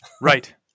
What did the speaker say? Right